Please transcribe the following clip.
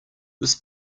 this